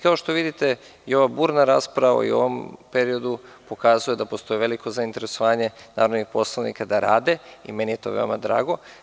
Kao što vidite, ova burna rasprava u ovom periodu pokazuje da postoji veliko zainteresovanje narodnih poslanika da rade i meni je to veoma drago.